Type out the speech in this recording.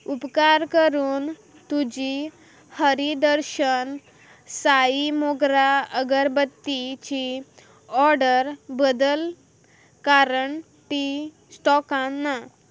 उपकार करून तुजी हरी दर्शन साई मोगरा अगरबत्तीची ऑर्डर बदल कारण ती स्टॉकान ना